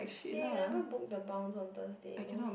eh you never book the bounce on Thursday no~